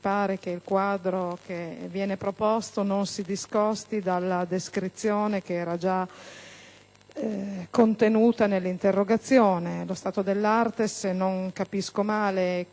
Mi pare che il quadro che viene proposto non si discosti dalla descrizione che era già contenuta nell'interpellanza. Lo stato dell'arte - purtroppo temo